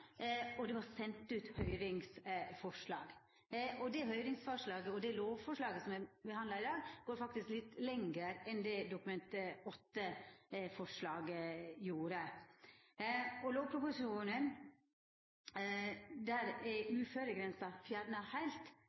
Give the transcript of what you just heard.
og det var sendt ut høyringsforslag. Det høyringsforslaget og lovforslaget me behandlar i dag, går faktisk litt lenger enn det Dokument 8-forslaget gjorde. I lovproposisjonen er uføregrensa fjerna heilt,